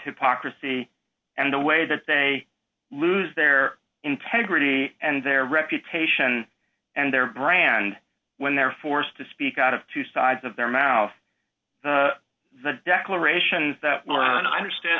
hypocrisy and the way that they lose their integrity and their reputation and their brand when they're forced to speak out of two sides of their mouth the declarations that learn understand